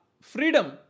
freedom